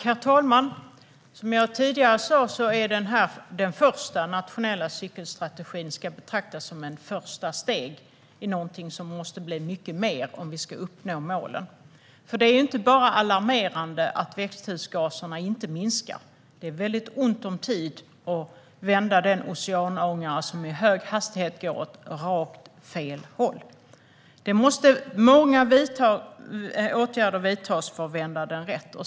Herr talman! Som jag tidigare sa är detta den första nationella cykelstrategin, och den ska betraktas som ett första steg i något som måste bli mycket mer om vi ska uppnå målen. Det är inte bara alarmerande att växthusgaserna inte minskar; det är väldigt ont om tid att vända den oceanångare som i hög hastighet går rakt åt fel håll. Många åtgärder måste vidtas för att vända den rätt.